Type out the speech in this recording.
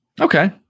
Okay